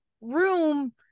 room